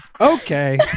Okay